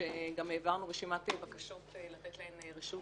- גם העברנו רשימת בקשות לתת להן רשות